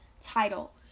title